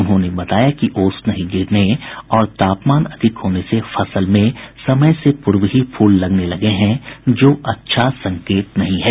उन्होंने बताया कि ओस नहीं गिरने और तापमान अधिक होने से फसल में समय से पूर्व ही फूल लगने लगे हैं जो अच्छा संकेत नहीं है